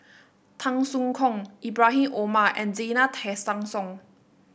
Tan Soo Khoon Ibrahim Omar and Zena Tessensohn